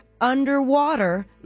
underwater